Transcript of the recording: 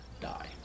die